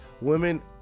women